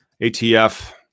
ATF